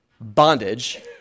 bondage